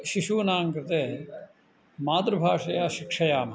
शिशूनां कृते मातृभाषया शिक्षयामः